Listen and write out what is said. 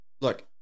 Look